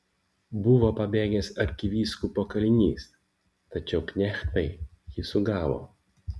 buvo pabėgęs arkivyskupo kalinys tačiau knechtai jį sugavo